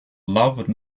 love